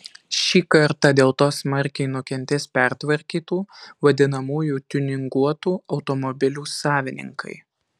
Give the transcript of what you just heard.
šį kartą dėl to smarkiai nukentės pertvarkytų vadinamųjų tiuninguotų automobilių savininkai